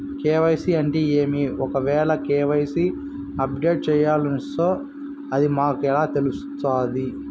KYC అంటే ఏమి? ఒకవేల కె.వై.సి అప్డేట్ చేయాల్సొస్తే అది మాకు ఎలా తెలుస్తాది?